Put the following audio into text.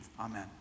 Amen